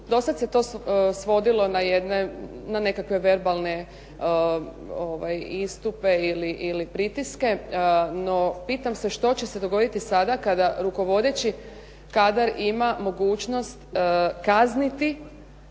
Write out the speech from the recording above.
do sada se to svodilo na jedne, na nekakve verbalne istupe ili pristupe, no pitam se što će se dogoditi sada kada rukovodeći kadar ima mogućnost kazniti